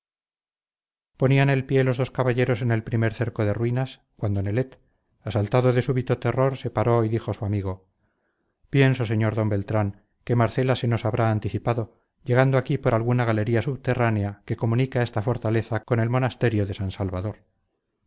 ponían el pie los dos caballeros en el primer cerco de ruinas cuando nelet asaltado de súbito terror se paró y dijo a su amigo pienso señor d beltrán que marcela se nos habrá anticipado llegando aquí por alguna galería subterránea que comunica esta fortaleza con el monasterio de san salvador